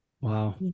Wow